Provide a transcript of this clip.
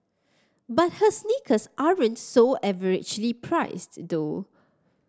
but her sneakers aren't so averagely priced though